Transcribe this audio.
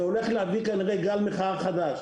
שהולך להביא כנראה גל מחאה חדש.